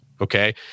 Okay